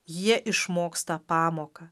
jie išmoksta pamoką